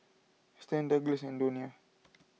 Stan Douglass and Donia